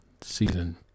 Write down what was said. season